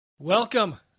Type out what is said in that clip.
Welcome